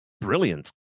brilliant